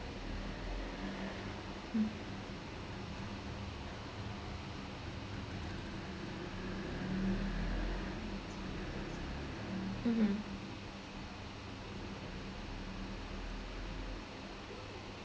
mm mmhmm